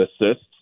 assists